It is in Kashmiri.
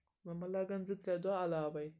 وۄنۍ مَا لگَن زٕ ترٛےٚ دۄہ علاوَے